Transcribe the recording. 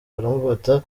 baramufata